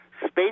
space